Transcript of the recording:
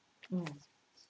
um